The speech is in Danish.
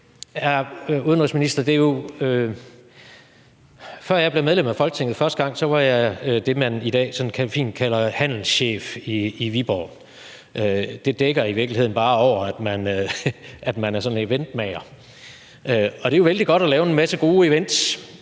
udenrigsminister, før jeg blev medlem af Folketinget første gang, var jeg det, man i dag sådan fint kalder handelschef i Viborg. Det dækker i virkeligheden bare over, at man at man er sådan en eventmager. Og det er vældig godt at lave en masse gode events,